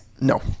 No